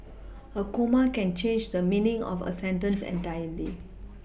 a comma can change the meaning of a sentence entirely